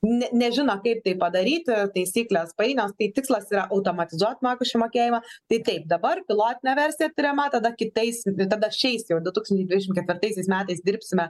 ne nežino kaip tai padaryti taisyklės painios tai tikslas yra automatizuot mokesčių mokėjimą tai taip dabar pilotinė versija tiriama tada kitais tada šiais jau du tūkstančiai dvidešimt ketvirtaisiais metais dirbsime